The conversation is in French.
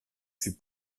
fut